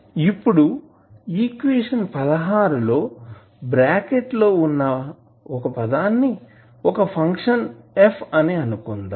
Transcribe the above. ఇప్పుడు ఈక్వేషన్ లో బ్రాకెట్ లో వున్నా పదాన్ని ఒక ఫంక్షన్ f అని అనుకుందాం